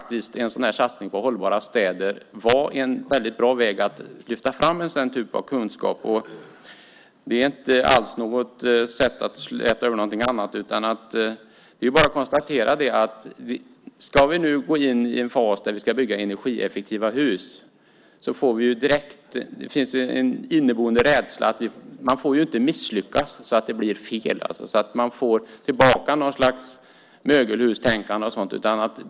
En satsning på hållbara städer kan faktiskt vara en väldigt bra väg för att lyfta fram den typen av kunskap. Det är inte alls ett sätt att släta över något annat, utan det är bara att konstatera att ska vi nu gå in i en fas när vi ska bygga energieffektiva hus så behövs kunskap. Det finns en inneboende rädsla att man inte får misslyckas och göra fel och få tillbaka något slags mögelhustänkande och sådant.